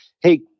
Hey